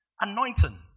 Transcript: Anointing